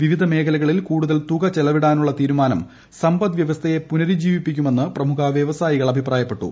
വിവിധ മേഖലകളിൽ കൂടുതൽ തുക ചെലവിടാനുള്ള തീരുമാനം സമ്പദ്വ്യവസ്ഥയെ പുനരുജ്ജീവിപ്പിക്കുമെന്ന് പ്രമുഖ വ്യവസായികൾ അഭിപ്രായപ്പെട്ടു